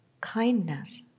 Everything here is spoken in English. kindness